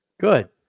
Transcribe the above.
Good